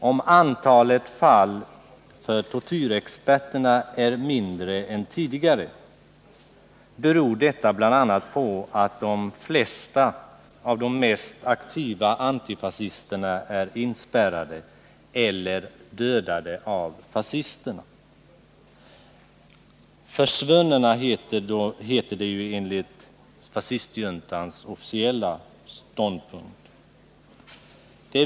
Om antalet fall för tortyrexperterna är mindre än tidigare, beror detta bl.a. på att de flesta av de mest aktiva antifascisterna är inspärrade eller dödade av fascisterna — försvunna heter det enligt fascistjuntans officiella ståndpunkt.